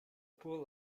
pool